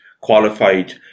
qualified